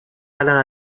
alain